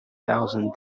thousand